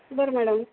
बरं मॅडम